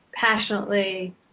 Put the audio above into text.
passionately